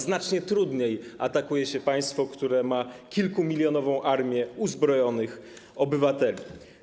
Znacznie trudniej atakuje się państwo, które ma kilkumilionową armię uzbrojonych obywateli.